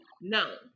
no